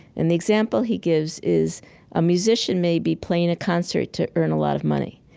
and the example he gives is a musician may be playing a concert to earn a lot of money.